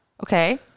okay